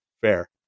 fair